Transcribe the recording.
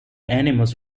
animals